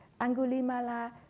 Angulimala